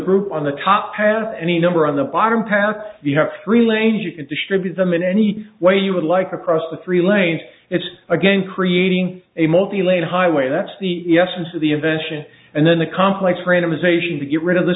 group on the top have any number on the bottom path you have three lanes you can distribute them in any way you would like across the three lanes it's again creating a multi lane highway that's the essence of the invention and then the complex randomization to get rid of the